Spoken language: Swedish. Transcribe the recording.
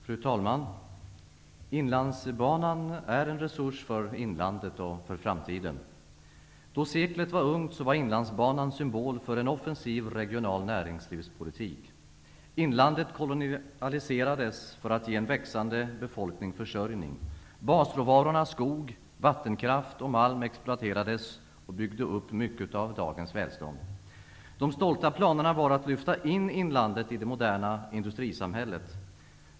Fru talman! Inlandsbanan är en resurs för inlandet och framtiden. Då seklet var ungt var Inlandsbanan symbol för en offensiv regional näringslivspolitik. Inlandet kolonialiserades för att ge en växande befolkning försörjning. Basråvarorna skog, vattenkraft och malm exploaterades och byggde upp mycket av dagens välstånd. De stolta planerna var att lyfta in inlandet i det moderna industrisamhället.